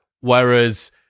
whereas